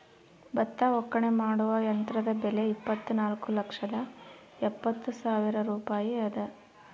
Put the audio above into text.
ಭತ್ತ ಒಕ್ಕಣೆ ಮಾಡುವ ಯಂತ್ರದ ಬೆಲೆ ಇಪ್ಪತ್ತುನಾಲ್ಕು ಲಕ್ಷದ ಎಪ್ಪತ್ತು ಸಾವಿರ ರೂಪಾಯಿ ಅದ